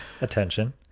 attention